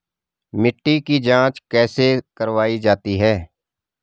मिट्टी की जाँच कैसे करवायी जाती है?